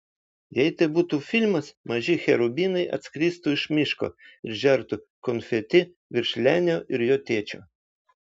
jei tai būtų filmas maži cherubinai atskristų iš miško ir žertų konfeti virš lenio ir jo tėčio